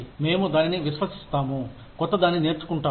మేము దానిని విశ్వసిస్తాము కొత్త దాన్ని నేర్చుకుంటారు